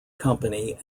company